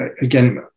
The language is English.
again